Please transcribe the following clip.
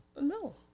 No